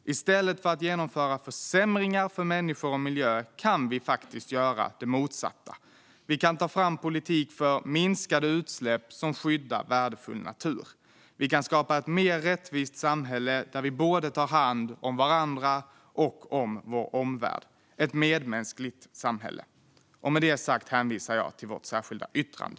I stället för att genomföra försämringar för människor och miljö kan vi faktiskt göra det motsatta. Vi kan ta fram politik för minskade utsläpp som skyddar värdefull natur. Vi kan skapa ett mer rättvist samhälle där vi tar hand om både varandra och vår omvärld - ett medmänskligt samhälle. Med det sagt hänvisar jag till vårt särskilda yttrande.